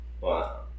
wow